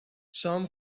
شام